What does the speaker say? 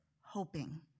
hoping